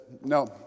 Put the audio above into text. no